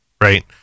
Right